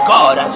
God